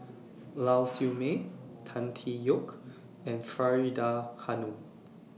Lau Siew Mei Tan Tee Yoke and Faridah Hanum